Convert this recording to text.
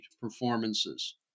performances